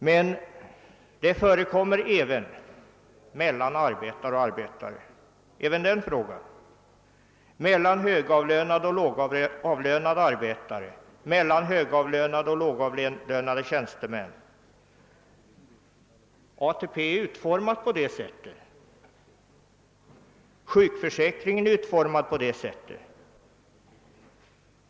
Men tyvärr förekommer olikheter härvidlag även beträffande skilda arbetargrupper — skillnader mellan högavlönade och lågar:;- lönade arbetare liksom mellan högavlönade och. : lågavlönade tjänstemän. ATP-systemet är utformat på detta sätt liksom också sjukförsäkringen.